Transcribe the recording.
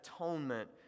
atonement